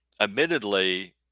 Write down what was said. admittedly